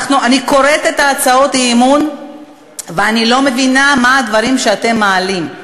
אני קוראת את הצעות האי-אמון ואני לא מבינה מה הדברים שאתם מעלים.